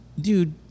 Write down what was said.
Dude